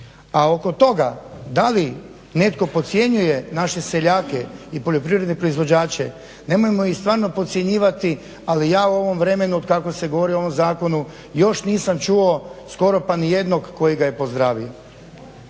A oko toga da li netko podcjenjuje naše seljake i poljoprivredne proizvođače, nemojmo ih stvarno podcjenjivati ali ja u ovom vremenu otkako se govori o ovom zakonu još nisam čuo skoro pa nijednog koji ga pozdravlja.